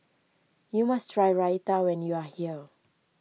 you must try Raita when you are here